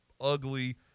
ugly